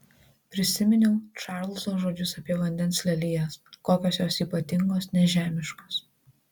prisiminiau čarlzo žodžius apie vandens lelijas kokios jos ypatingos nežemiškos